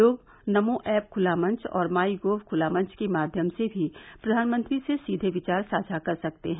लोग नमो ऐप खुला मंच और माइ गोव खुला मंच के माध्यम से भी प्रवानमंत्री से सीधे विचार साझा कर सकते हैं